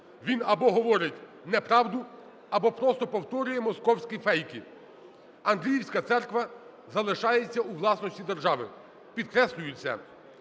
він або говорить неправду, або просто повторює московські фейки. Андріївська церква залишається у власності держави, підкреслюю це,